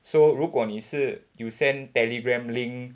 so 如果你是 you send Telegram link